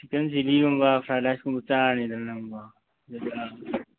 chicken chilli ꯒꯨꯝꯕ fried rice ꯀꯨꯝꯕ ꯆꯥꯔꯅꯤꯗꯅ ꯅꯪꯕꯣ